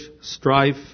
strife